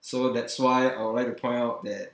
so that's why I would like to point out that